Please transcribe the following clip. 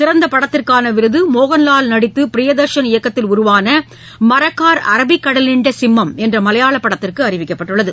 சிறந்தபடத்திற்கானவிருதமோகன்லால் நடித்துபிரியதர்சன் இயக்கத்தில் உருவானமரக்கார் அரபிக்கடலின்டசிம்மம் என்றமலையாளபடத்திற்குஅறிவிக்கப்பட்டுள்ளது